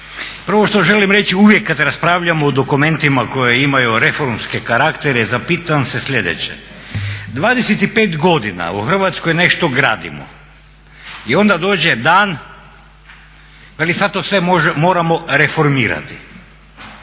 Prvo što želim reći, uvijek kad raspravljamo o dokumentima koji imaju reformske karaktere, zapitam se slijedeće, 25 godina u Hrvatskoj nešto gradimo i onda dođe dan veli sad sve to moramo reformirati.